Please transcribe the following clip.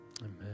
Amen